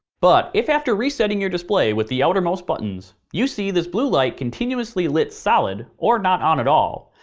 but, if after resetting your display with the outermost buttons, you see this blue light continuously lit solid, or not on at all,